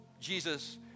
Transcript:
Jesus